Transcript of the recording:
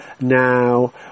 now